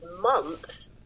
month